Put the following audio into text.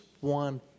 one